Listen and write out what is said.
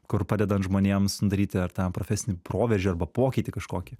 kur padedant žmonėms daryti ar tam profesinį proveržį arba pokytį kažkokį